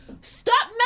stop